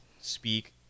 speak